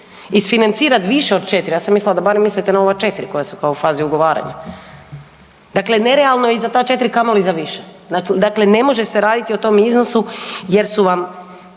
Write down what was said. isfinancirati više od 4? Ja sam mislila da barem mislite na ova 4 koja su kao u fazi ugovaranja, dakle nerealno za ta 4, a kamoli za više. Dakle, ne može se raditi o tom iznosu jer su vam